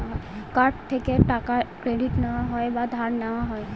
card থেকে টাকা credit হয় বা ধার নেওয়া হয়